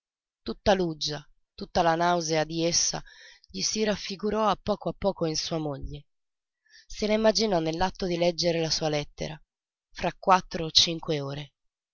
tutta l'uggia tutta la nausea di essa gli si raffigurò a poco a poco in sua moglie se la immaginò nell'atto di leggere la sua lettera fra quattro o cinque ore